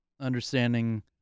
understanding